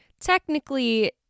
Technically